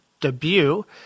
debut